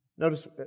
Notice